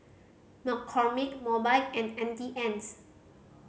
McCormick Mobike and Auntie Anne's